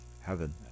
Heaven